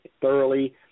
thoroughly